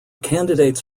candidates